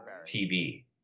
TV